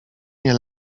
nie